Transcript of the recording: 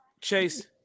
Chase